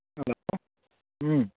hello